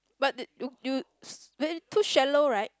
but the you you s~ too shallow right